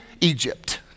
Egypt